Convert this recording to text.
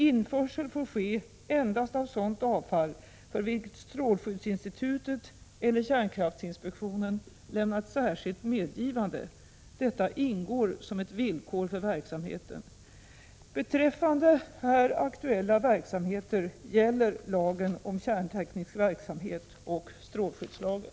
Införsel får ske endast av sådant avfall för vilket strålskyddsinstitutet eller kärnkraftsinspektionen lämnat särskilt medgivande. Detta ingår som ett villkor för verksamheten. Beträffande här aktuella verksamheter gäller lagen om kärnteknisk verksamhet och strålskyddslagen.